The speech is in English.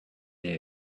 hear